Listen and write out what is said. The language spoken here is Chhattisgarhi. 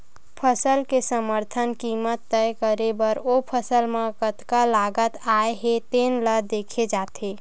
फसल के समरथन कीमत तय करे बर ओ फसल म कतका लागत आए हे तेन ल देखे जाथे